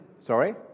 Sorry